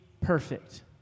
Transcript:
perfect